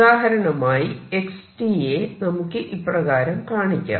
ഉദാഹരണമായി x യെ നമുക്ക് ഇപ്രകാരം കാണിക്കാം